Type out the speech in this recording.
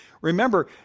remember